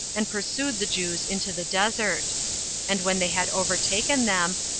and pursued the jews into the desert and when they had overtaken them,